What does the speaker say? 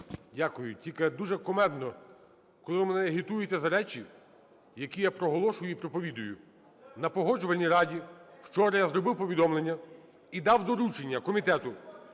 Дякую. Тільки дуже кумедно, коли ви мене агітуєте за речі, які я проголошую і проповідую. На Погоджувальній раді вчора я зробив повідомлення і дав доручення Комітету